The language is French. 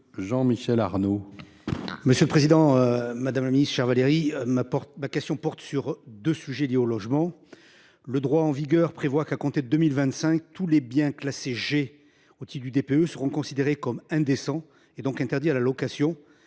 Jean Michel Arnaud,